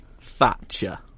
Thatcher